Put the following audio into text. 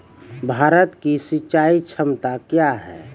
भारत की सिंचाई क्षमता क्या हैं?